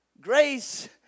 Grace